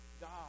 God